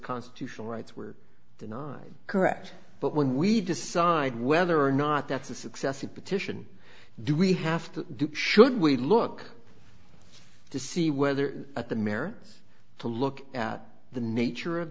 constitutional rights were denied correct but when we decide whether or not that's a success a petition do we have to do should we look to see whether at the mare to look at the nature of